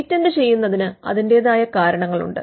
patent ചെയ്യുന്നതിന് അതിന്റെതായ കാരണങ്ങളുണ്ട്